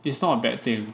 it's not a bad thing